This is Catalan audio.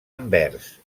anvers